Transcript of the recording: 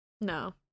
No